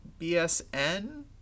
BSN